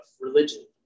religion